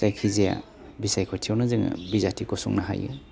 जायखि जाया बिसायख'थियावनो जोङो बिजाथि गसंनो हायो